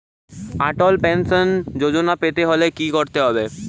অটল pension Yojana পেতে হলে কি করতে হবে?